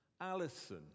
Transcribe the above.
alison